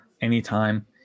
anytime